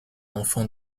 enfant